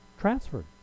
transferred